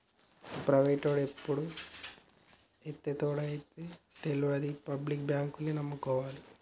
ప్రైవేటోడు ఎప్పుడు ఎత్తేత్తడో తెల్వది, పబ్లిక్ బాంకుల్నే నమ్ముకోవాల